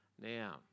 Now